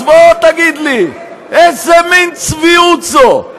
אז בוא תגיד לי, איזה מין צביעות זאת?